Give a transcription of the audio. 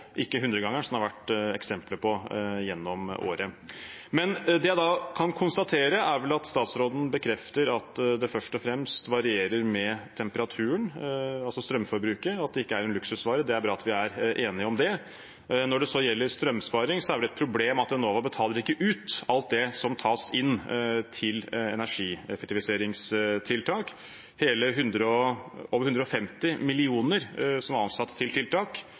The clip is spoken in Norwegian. gjennom året. Det jeg kan konstatere, er da at statsråden bekrefter at strømforbruket først og fremst varierer med temperaturen, og at det ikke er en luksusvare. Det er bra at vi er enige om det. Når det gjelder strømsparing, er det et problem at Enova ikke betaler ut alt det som tas inn til energieffektiviseringstiltak. Over 150 mill. kr som var avsatt til tiltak, gikk ikke ut til husholdningene i 2021. Hvordan vil statsråden sørge for at alt som tas inn, også går ut igjen til tiltak